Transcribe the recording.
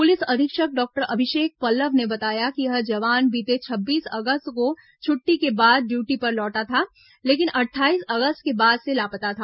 police अधीक्षक doctor Abhishek Pallav ने बताया कि यह जवान बीते छब्बीस अगस्त को छुट्टी के बाद ड्यूटी पर लौटा था लेकिन अट्ठाईस अगस्त के बाद से लापता था